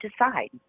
decide